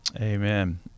Amen